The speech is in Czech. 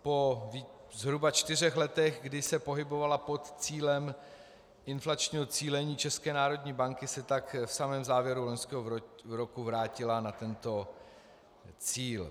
Po zhruba čtyřech letech, kdy se pohybovala pod cílem inflačního cílení České národní banky, se tak v samém závěru loňského roku vrátila na tento cíl.